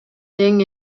тең